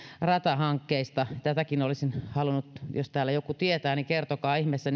ratahankkeista tätäkin olisin halunnut kysyä jos täällä joku tietää niin kertokaa ihmeessä